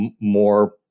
more